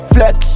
Flex